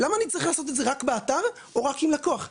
למה אני צריך לעשות את זה רק באתר או רק עם לקוח?